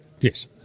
Yes